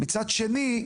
מצד שני,